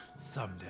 Someday